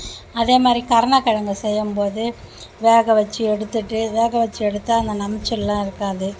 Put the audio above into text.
அதே மாதிரி கருண கிழங்கு செய்யும் போது வேக வச்சு எடுத்துகிட்டு வேக வச்சு எடுத்தால் அந்த நமச்சியெலாம் இருக்காது